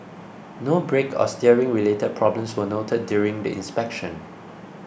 no brake or steering related problems were noted during the inspection